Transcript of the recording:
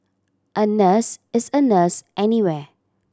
a nurse is a nurse anywhere